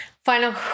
Final